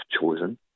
chosen